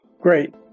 Great